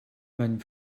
mein